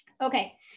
Okay